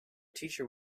teacher